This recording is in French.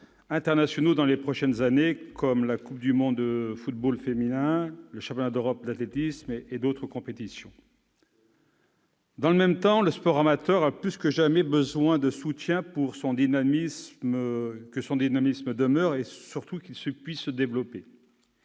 internationaux dans les prochaines années : coupe du monde féminine de football, championnat d'Europe d'athlétisme et d'autres compétitions encore. Dans le même temps, le sport amateur a plus que jamais besoin de soutien pour que son dynamisme demeure et qu'il puisse se développer.